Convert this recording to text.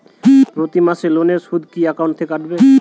প্রতি মাসে লোনের সুদ কি একাউন্ট থেকে কাটবে?